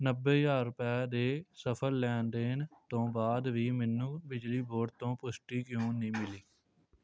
ਨੱਬੇ ਹਜ਼ਾਰ ਰੁਪਏ ਦੇ ਸਫਲ ਲੈਣ ਦੇਣ ਤੋਂ ਬਾਅਦ ਵੀ ਮੈਨੂੰ ਬਿਜਲੀ ਬੋਰਡ ਤੋਂ ਪੁਸ਼ਟੀ ਕਿਉਂ ਨਹੀਂ ਮਿਲੀ